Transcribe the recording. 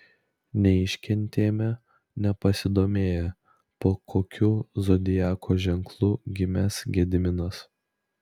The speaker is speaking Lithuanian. neiškentėme nepasidomėję po kokiu zodiako ženklu gimęs gediminas